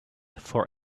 for